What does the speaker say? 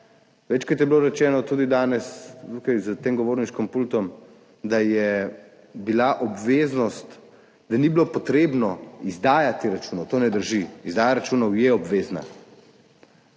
Večkrat je bilo rečeno tudi danes tukaj za tem govorniškim pultom, da ni bilo potrebno izdajati računov – to ne drži. Izdaja računov je obvezna.